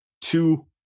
two